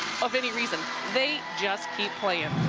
of any reason they just keep playing.